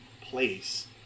place